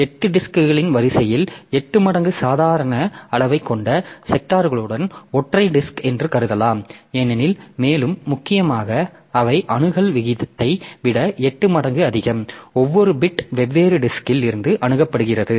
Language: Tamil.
எட்டு டிஸ்க்களின் வரிசையை எட்டு மடங்கு சாதாரண அளவைக் கொண்ட செக்டார்களுடன் ஒற்றை டிஸ்க் என்று கருதலாம் ஏனெனில் மேலும் முக்கியமாக அவை அணுகல் விகிதத்தை விட எட்டு மடங்கு அதிகம் ஒவ்வொரு பிட் வெவ்வேறு டிஸ்க்ல் இருந்து அணுகப்படுகிறது